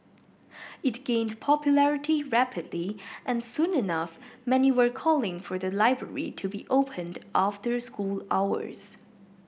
it gained popularity rapidly and soon enough many were calling for the library to be opened after school hours